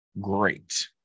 great